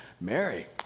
Mary